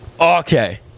Okay